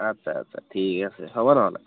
আচ্ছা আচ্ছা ঠিক আছে হ'ব নহ'লে